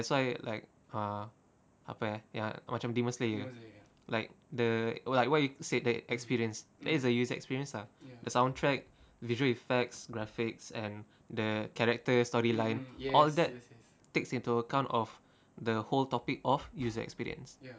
that's why like ah apa eh ya macam demon slayer like the like what you said the experience then it's the user experience lah the soundtrack visual effects graphics and the characters storyline all that takes into account of the whole topic of user experience